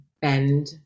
bend